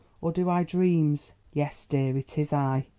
or do i dreams? yes, dear, it is i.